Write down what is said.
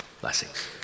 Blessings